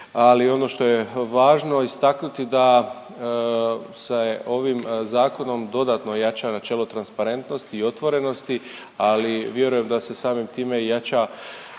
ali ono što je važno istaknuti da se ovim zakonom dodatno jača načelo transparentnosti i otvorenosti ali vjerujem da se samim time i jača